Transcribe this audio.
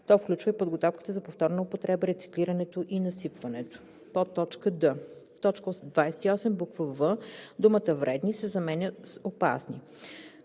То включва и подготовката за повторна употреба, рециклирането и насипването.“; д) в т. 28, буква „в“ думата „вредни“ се заменя с „опасни“;